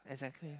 exactly